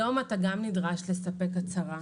היום אתה גם נדרש לספק הצהרה.